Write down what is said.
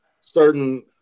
certain